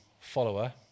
follower